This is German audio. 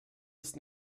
ist